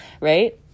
Right